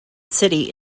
city